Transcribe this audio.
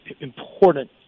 important